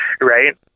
right